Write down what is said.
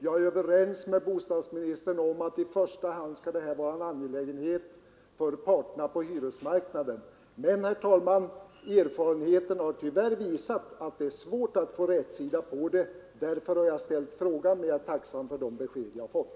Jag är överens med bostadsministern om att i första hand skall det här vara en angelägenhet för parterna på hyresmarknaden. Men, herr talman, erfarenheten har tyvärr visat att det är svårt att få rätsida på saken. Därför har jag ställt frågan, och jag är tacksam för de besked jag fått.